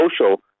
social